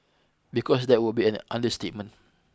because that would be an understatement